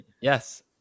yes